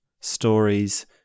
stories